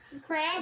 crab